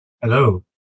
Hello